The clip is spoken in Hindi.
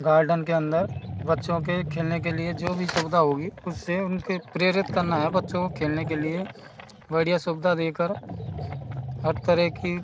गार्डन के अंदर बच्चों के खेलने के लिए जो भी सुविधा होगी उससे उनके प्रेरित करना है बच्चों को खेलने के लिए बढ़िया सुविधा देकर हर तरह की